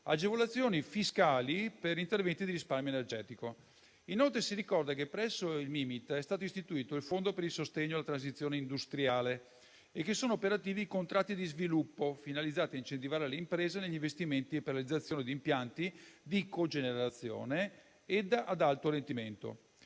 agevolazioni fiscali per interventi di risparmio energetico. Inoltre, si ricorda che presso il Ministero delle imprese e del made in Italy (Mimit) è stato istituito il Fondo per il sostegno alla transizione industriale e che sono operativi i contratti di sviluppo, finalizzati a incentivare le imprese negli investimenti per la realizzazione di impianti di cogenerazione e ad alto rendimento.